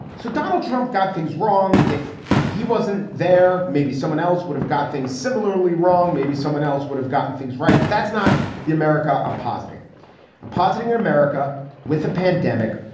so donald trump got things wrong. if he wasn't there, maybe someone else would have got things similarly wrong. maybe someone else would have gotten things right. but that's not the america i'm positing and positing in america with a pandemic.